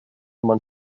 man